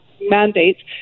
mandates